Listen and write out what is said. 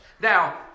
Now